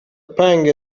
pang